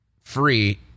free